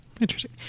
Interesting